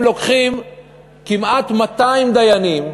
הם לוקחים כמעט 200 דיינים,